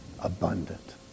abundant